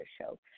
show